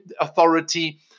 authority